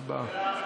הצבעה.